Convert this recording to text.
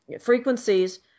frequencies